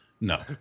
no